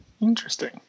Interesting